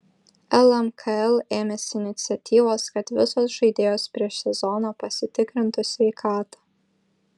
lmkl ėmėsi iniciatyvos kad visos žaidėjos prieš sezoną pasitikrintų sveikatą